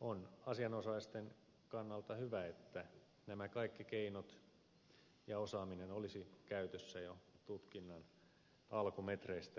on asianosaisten kannalta hyvä että nämä kaikki keinot ja osaaminen olisivat käytössä jo tutkinnan alkumetreistä alkaen